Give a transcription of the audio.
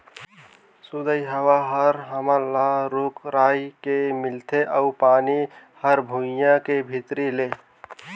सुदय हवा हर हमन ल रूख राई के मिलथे अउ पानी हर भुइयां के भीतरी ले